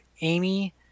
Amy